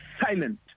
silent